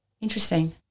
interesting